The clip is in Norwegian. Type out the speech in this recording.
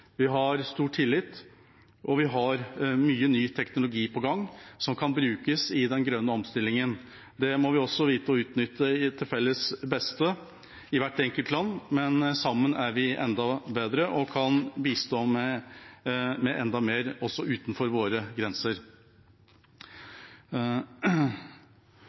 Vi har stor tillit, og vi har mye ny teknologi på gang som kan brukes i den grønne omstillingen. Det må vi vite å utnytte til felles beste i hvert enkelt land, men sammen er vi enda bedre og kan bistå med enda mer også utenfor våre grenser.